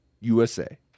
USA